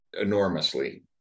enormously